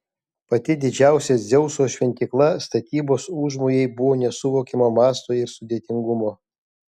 pati didžiausia dzeuso šventykla statybos užmojai buvo nesuvokiamo masto ir sudėtingumo